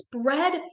spread